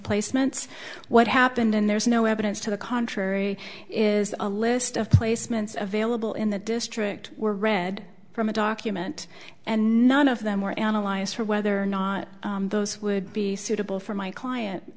placements what happened and there's no evidence to the contrary is a list of of placements vailable in the district were read from a document and none of them were analyzed for whether or not those would be suitable for my client